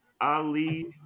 Ali